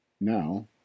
now